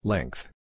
Length